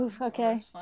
Okay